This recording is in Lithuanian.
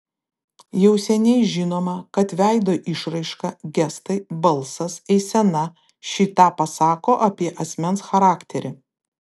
jau seniai žinoma kad veido išraiška gestai balsas eisena šį tą pasako apie asmens charakterį